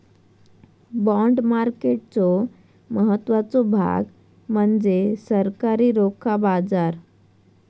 bond मार्केटचो महत्त्वाचो भाग म्हणजे सरकारी रोखा बाजार